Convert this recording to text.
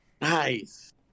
Nice